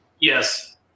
Yes